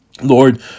Lord